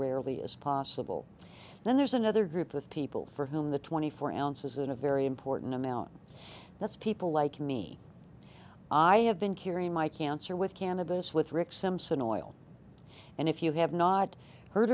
rarely as possible then there's another group of people for whom the twenty four ounces in a very important amount that's people like me i have been carrying my cancer with cannabis with rick simpson oil and if you have not heard